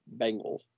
Bengals